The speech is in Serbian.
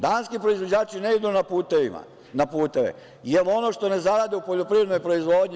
Danski proizvođači ne idu na puteve, jer ono što ne zarade u poljoprivrednoj proizvodnji…